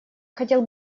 хотел